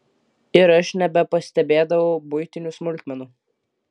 ir aš nebepastebėdavau buitinių smulkmenų